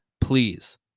Please